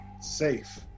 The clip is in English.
Safe